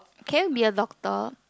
can you be a doctor